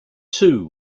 two